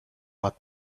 but